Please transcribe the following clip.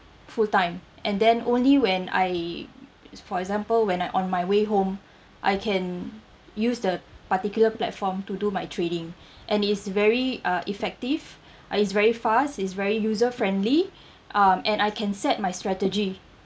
full time and then only when I for example when I on my way home I can use the particular platform to do my trading and it's very uh effective uh it's very fast it's very user friendly um and I can set my strategy